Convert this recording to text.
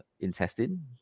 intestine